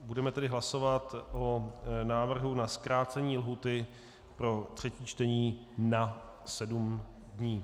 Budeme tedy hlasovat o návrhu na zkrácení lhůty pro třetí čtení na sedm dní.